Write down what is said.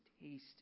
taste